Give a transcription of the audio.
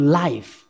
life